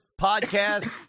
podcast